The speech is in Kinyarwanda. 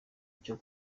cyo